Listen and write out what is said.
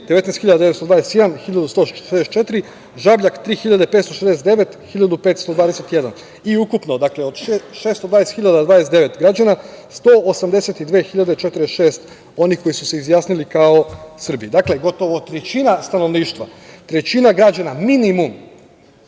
19.921, Srba 1.144, Žabljak – 3.569, Srba 1.521. I ukupno, od 629.029 građana, 182.046 je onih koji su se izjasnili kao Srbi. Dakle, gotovo trećina stanovništva, trećina građana, minimum,